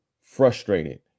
frustrated